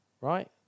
right